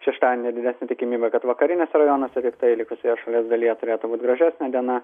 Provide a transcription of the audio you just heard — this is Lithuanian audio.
šeštadienį didesnė tikimybė kad vakariniuose rajonuose tiktai likusioje šalies dalyje turėtų būt gražesnė diena